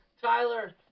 Tyler